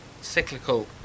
cyclical